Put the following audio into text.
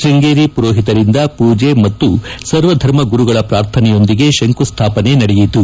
ಶೃಂಗೇರಿ ಮರೋಹಿತರಿಂದ ಪೂಜೆ ಮತ್ತು ಸರ್ವಧರ್ಮ ಗುರುಗಳ ಪ್ರಾರ್ಥನೆಯೊಂದಿಗೆ ಶಂಕುಸ್ಥಾಪನೆ ನಡೆಯಿತು